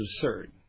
absurd